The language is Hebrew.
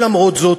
למרות זאת,